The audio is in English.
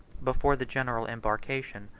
before the general embarkation,